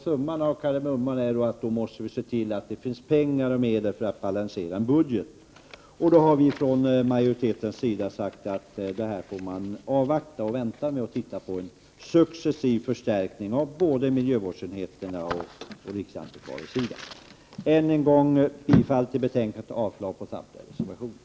Summan av kardemumman är att vi måste se till att det finns medel för att balansera en budget. Vi har här från majoritetens sida sagt att man får avvakta en successiv förstärkning av både miljövårdsenheterna och riksantikvariesidan. Jag yrkar än en gång bifall till utskottets hemställan och avslag på samtliga reservationer.